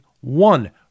One